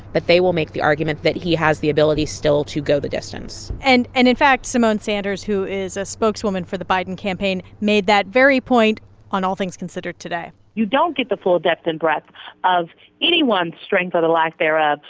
but they will make the argument that he has the ability still to go the distance and and, in fact, symone sanders, who is a spokeswoman for the biden campaign, made that very point on all things considered today you don't get the full depth and breadth of anyone's strength, or the lack thereof,